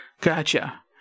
gotcha